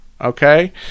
okay